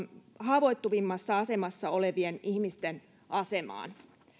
haavoittuvimmassa asemassa olevien ihmisten asemaan